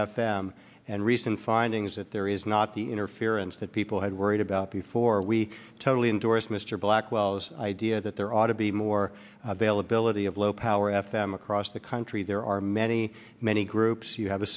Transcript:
f m and recent findings that there is not the interference that people had worried about before we totally endorse mr blackwell's idea that there ought to be more bail ability of low power f m across the country there are many many groups you have a